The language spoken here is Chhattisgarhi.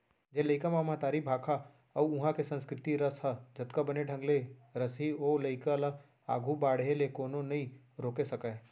जेन लइका म महतारी भाखा अउ उहॉं के संस्कृति रस ह जतका बने ढंग ले रसही ओ लइका ल आघू बाढ़े ले कोनो नइ रोके सकयँ